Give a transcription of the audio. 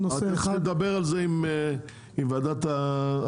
צריך לדבר על זה עם ועדת הבריאות.